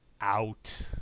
out